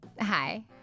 Hi